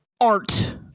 art